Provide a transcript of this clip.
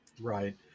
Right